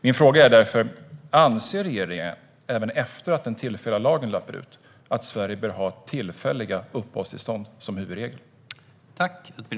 Min fråga är därför: Anser regeringen att Sverige även efter att den tillfälliga lagen löper ut bör ha tillfälliga uppehållstillstånd som huvudregel?